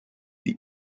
die